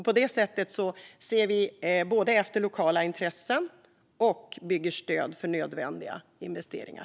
På det sättet ser vi efter lokala intressen och bygger stöd för nödvändiga investeringar.